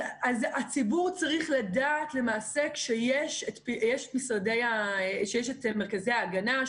הציבור צריך לדעת שיש את מרכזי ההגנה,